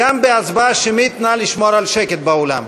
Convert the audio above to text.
ולשרת גם בתפקידי כחבר בקואליציה.